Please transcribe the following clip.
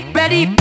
ready